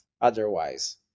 otherwise